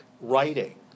writing